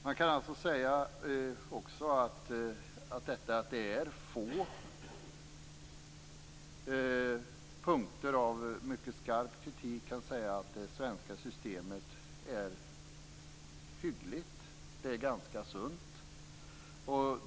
Man kan alltså även säga att detta med att det finns få punkter med mycket skarp kritik visar att det svenska systemet är hyggligt. Det är ganska sunt.